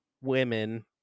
women